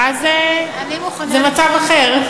ואז זה מצב אחר.